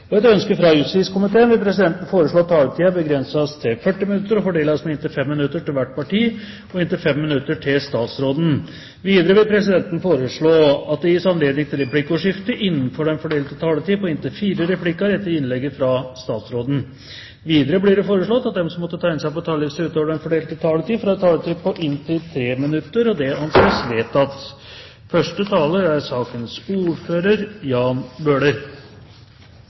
dette et veldig bra forslag. Flere har ikke bedt om ordet til sak nr. 7. Etter ønske fra justiskomiteen vil presidenten foreslå at debatten begrenses til 40 minutter, og at taletiden fordeles med inntil 5 minutter til hvert parti og inntil 5 minutter til statsråden. Videre vil presidenten foreslå at det gis anledning til replikkordskifte på inntil fire replikker med svar etter innlegg fra statsråden innenfor den fordelte taletiden. Videre vil det bli foreslått at de som måtte tegne seg på talerlisten utover den fordelte taletiden, får en taletid på inntil 3 minutter. – Det